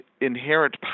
inherent